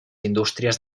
indústries